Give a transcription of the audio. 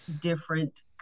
different